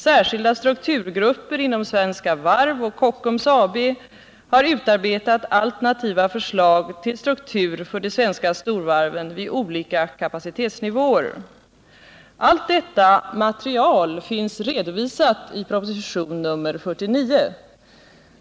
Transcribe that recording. Särskilda strukturgrupper inom Svenska Varv AB och Kockums AB har utarbetat alternativa förslag till struktur för de svenska Allt detta material finns redovisat i proposition nr 49.